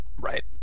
Right